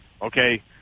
Okay